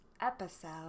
episode